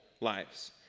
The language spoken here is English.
lives